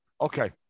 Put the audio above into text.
Okay